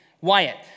Wyatt